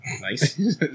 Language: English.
Nice